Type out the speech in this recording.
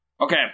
Okay